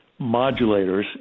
modulators